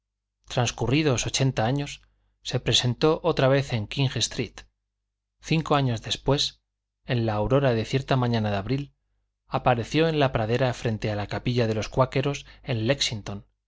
transcurridos ochenta años se presentó otra vez en king street cinco años después en la aurora de cierta mañana de abril apareció en la pradera frente a la capilla de los cuáqueros en léxington